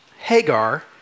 Hagar